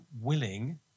willing